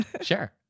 Sure